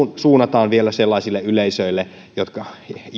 suunnataan vielä sellaisille yleisöille jotka